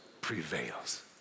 prevails